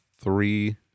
three